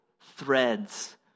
threads